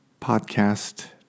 Podcast